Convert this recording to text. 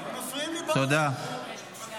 הם מפריעים לי --- קודם כול,